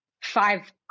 five